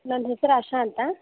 ನನ್ನ ಹೆಸರು ಆಶಾ ಅಂತ